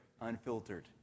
unfiltered